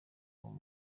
ubwo